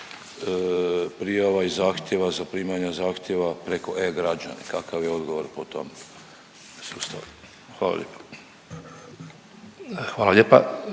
prijava i zahtjeva, zaprimanja zahtjeva preko e-Građani, kakav je odgovor po tom sustavu? Hvala lijepo. **Katić,